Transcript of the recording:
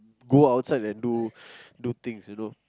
go outside and do do things you know